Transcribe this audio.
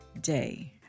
day